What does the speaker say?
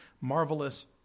marvelous